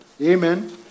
Amen